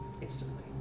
instantly